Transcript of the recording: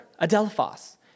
adelphos